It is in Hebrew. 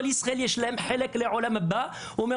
לגבי המילים "כל ישראל יש להם חלק בעולם הבא" הוא אמר,